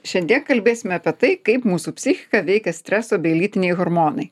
šiandien kalbėsime apie tai kaip mūsų psichiką veikia streso bei lytiniai hormonai